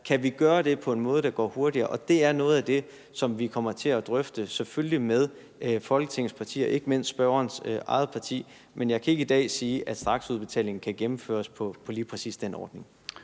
kan gøre det på en måde, så det går hurtigere. Det er noget af det, som vi selvfølgelig kommer til at drøfte med Folketingets partier og ikke mindst spørgerens eget parti. Men jeg kan ikke i dag sige, at straksudbetalingen kan gennemføres i forbindelse med lige præcis den ordning.